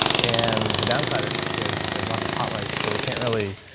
and the downside is that there's lots of pot lights, so we can't really